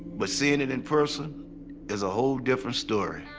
but seeing it in person is a whole different story.